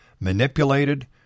manipulated